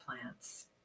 plants